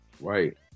Right